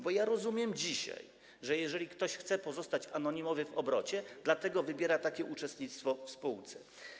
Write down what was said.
Bo ja rozumiem dzisiaj, że jeżeli ktoś chce pozostać anonimowy w obrocie, to wybiera takie uczestnictwo w spółce.